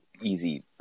easy